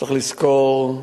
צריך לזכור,